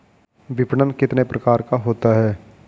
विपणन कितने प्रकार का होता है?